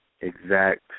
exact